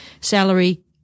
salary